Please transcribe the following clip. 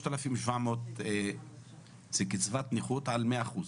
3,700 שקלים, זו קצבת נכות על מאה אחוזים.